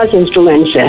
instruments